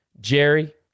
Jerry